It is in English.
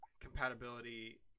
compatibility